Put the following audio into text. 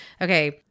okay